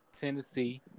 Tennessee